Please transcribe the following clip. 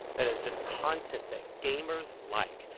that is just content that gamers like,